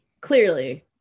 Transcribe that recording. Clearly